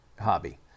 hobby